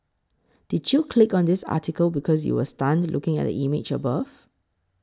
did you click on this article because you were stunned looking at the image above